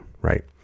right